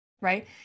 right